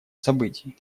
событий